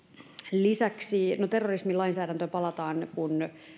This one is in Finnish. terrorismin lainsäädäntöön palataan kun